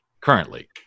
currently